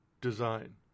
design